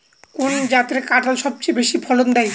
কোন জাতের কাঁঠাল সবচেয়ে বেশি ফলন দেয়?